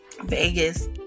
Vegas